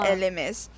lms